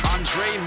Andre